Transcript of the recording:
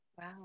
wow